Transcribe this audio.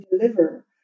deliver